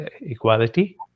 equality